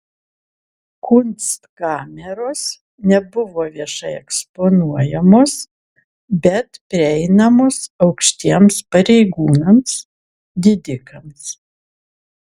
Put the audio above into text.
kunstkameros nebuvo viešai eksponuojamos bet prieinamos aukštiems pareigūnams didikams